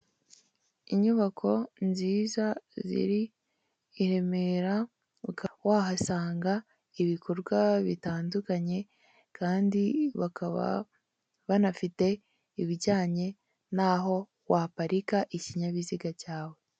Inyubako nziza ziri Iremera ukaba wahasanga ibikorwa bitandukanye kandi bakaba banafite ibijyanye n'aho waparika ikinyabiziga cyawe.